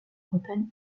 bretagne